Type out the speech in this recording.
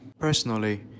Personally